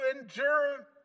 endure